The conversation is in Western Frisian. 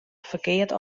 ferkeard